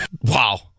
Wow